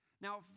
Now